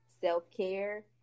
self-care